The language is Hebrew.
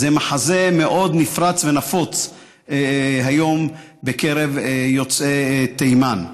זה מחזה מאוד נפרץ ונפוץ היום בקרב יוצאי תימן.